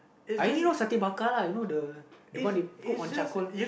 I only know satay lah you know the the one they put on charcoal